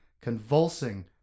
convulsing